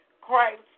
Christ